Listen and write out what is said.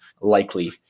likely